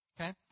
Okay